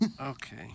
Okay